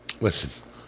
listen